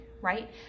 right